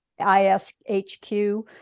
ISHQ